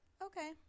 okay